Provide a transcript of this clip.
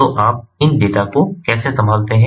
तो आप इन डेटा को कैसे संभालते हैं